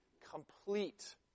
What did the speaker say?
complete